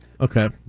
Okay